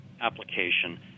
application